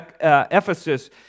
Ephesus